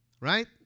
Right